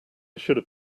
should